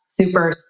super